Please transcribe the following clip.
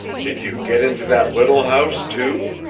did you get into that little house, too?